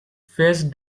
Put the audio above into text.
phase